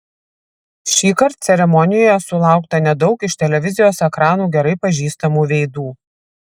šįkart ceremonijoje sulaukta nedaug iš televizijos ekranų gerai pažįstamų veidų